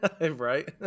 Right